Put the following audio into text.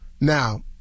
Now